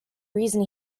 reason